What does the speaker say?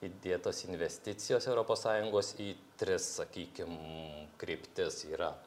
įdėtos investicijos europos sąjungos į tris sakykim kryptis yra